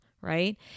right